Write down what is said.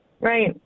Right